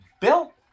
Bill